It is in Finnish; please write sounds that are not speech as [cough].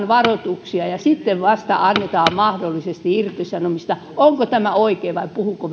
[unintelligible] varoituksia ja sitten vasta annetaan mahdollisesti irtisanominen onko tämä oikein vai puhunko [unintelligible]